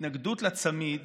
התנגדות לצמיד